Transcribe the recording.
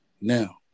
Now